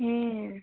હે